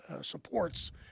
supports